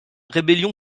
rébellion